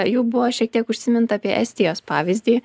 jau buvo šiek tiek užsiminta apie estijos pavyzdį